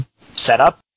setup